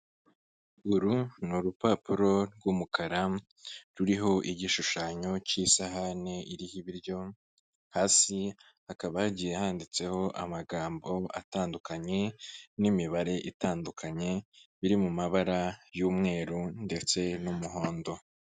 Uru ni urupapuro rw'umukara ruriho igishushanyo cy'isahani iriho ibiryo, hasi hakaba hagiye handitseho amagambo atandukanye n'imibare itandukanye, biri mu mabara y'umweru ndetse n'umuhondo.